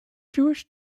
jewish